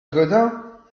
gaudin